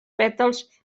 pètals